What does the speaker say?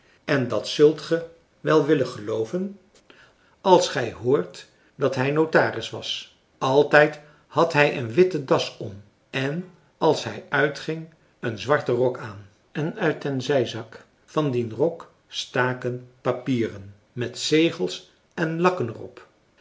en dat zult ge wel willen gelooven als gij hoort dat hij notaris was altijd had hij een witte das om en als hij uitging een zwarten rok aan en uit den zijzak van dien rok staken papieren met zegels en lakken er